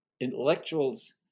intellectuals